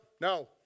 no